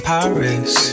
Paris